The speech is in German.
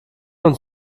und